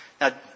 Now